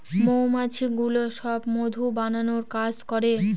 মৌমাছিগুলো সব মধু বানানোর কাজ করে